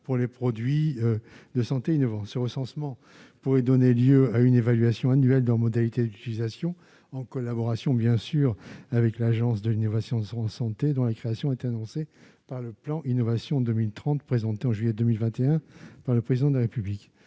pour les produits de santé innovant, ce recensement pourrait donner lieu à une évaluation annuelle dans modalités d'utilisation en collaboration bien sûr avec l'Agence de l'innovation en santé, dont la création a été annoncée par le plan Innovation 2030, présenté en juillet 2021 enfin, le président de la République,